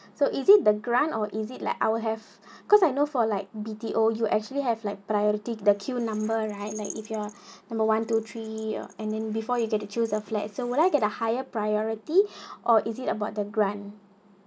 so is it the grant or is it like our have because I know for like B_T_O you actually have like priority the queue number right like if your number one two three or and then before you get to choose a flat so will I get a higher priority or is it about the grant